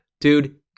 dude